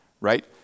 right